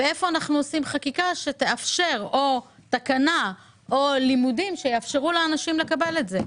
איפה אנחנו עושים חקיקה או תקנה לימודים שיאפשרו לאנשים לקבל את זה?